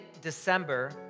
December